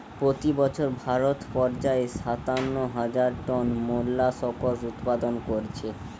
পোতি বছর ভারত পর্যায়ে সাতান্ন হাজার টন মোল্লাসকস উৎপাদন কোরছে